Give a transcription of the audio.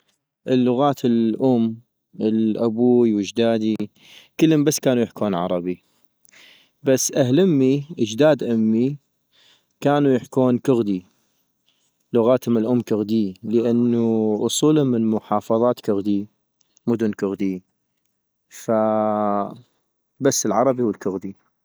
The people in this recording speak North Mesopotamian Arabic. اللغات الأم لابوي واجدادي ، كلم بس كانو يحكون عربي - بس أهل امي اجداد امي كانو يحكون كغدي، لغاتم الام كغديي ،لانو اصولم من محافظات كغديي ، مدني كغديي - فبس العربي والكغدي